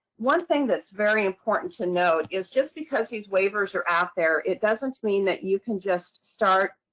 one thing that's very important to note is just because these waivers are out there, it doesn't mean that you can just start